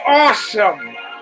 awesome